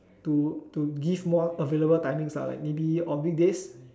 to to give more available timings lah like maybe on weekdays